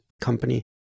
company